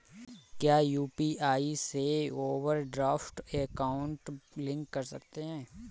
क्या यू.पी.आई से overdraft account link कर सकते हैं?